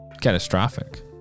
catastrophic